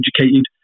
educated